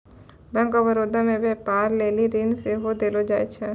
bank of Baroda मे व्यपार लेली ऋण सेहो देलो जाय छै